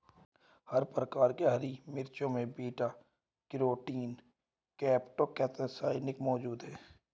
हर प्रकार की हरी मिर्चों में बीटा कैरोटीन क्रीप्टोक्सान्थिन मौजूद हैं